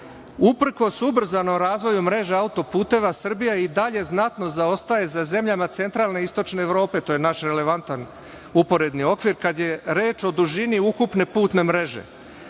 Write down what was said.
Uprkos ubrzanom razvoju mreže autoputeva Srbija i dalje znatno zaostaje za zemljama centralne i istočne Evrope, to je naš relevantan uporedni okvir, kada je reč o dužini ukupne putne mreže.